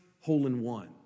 hole-in-one